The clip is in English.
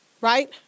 right